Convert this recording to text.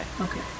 Okay